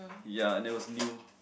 ya and it was new